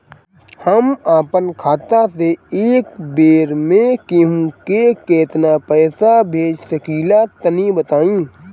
हम आपन खाता से एक बेर मे केंहू के केतना पईसा भेज सकिला तनि बताईं?